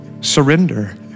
surrender